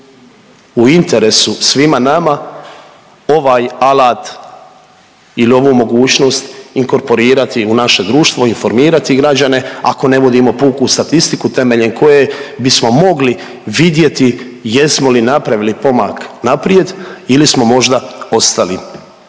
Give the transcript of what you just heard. u interesu svima nama ovaj alat ili ovu mogućnost inkorporirati u naše društvo i informirati građane ako ne vodimo puku statistiku temeljem koje bismo mogli vidjeti jesmo li napravili pomak naprijed ili smo možda ostali,